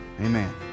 Amen